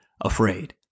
afraid